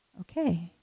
Okay